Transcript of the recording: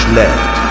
left